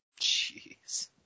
Jeez